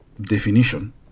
definition